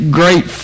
great